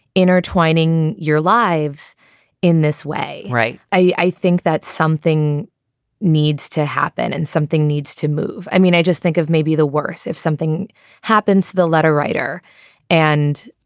intertwining your lives in this way. right. i think that something needs to happen and something needs to move. i mean, i just think of maybe the worse if something happens. the letter writer and,